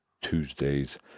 Tuesdays